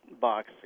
box